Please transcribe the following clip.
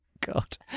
God